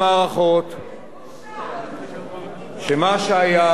שמה שהיה לא יהיה.